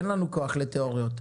אין לנו כוח לתאוריות,